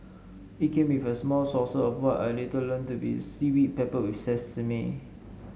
it came with a small saucer of what I later learnt to be seaweed peppered with sesame